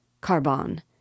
Carbon